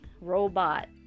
robot